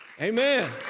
Amen